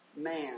man